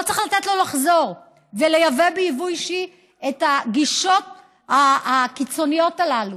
לא צריך לתת לו לחזור ולייבא ביבוא אישי את הגישות הקיצוניות הללו,